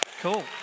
Cool